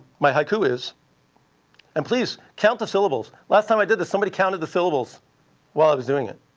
my haiku is and please, count the syllables. last time i did this, somebody counted the syllables while i was doing it.